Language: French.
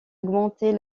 augmenter